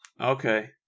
okay